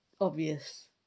obvious